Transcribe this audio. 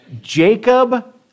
Jacob